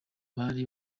bari